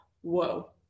Whoa